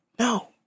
No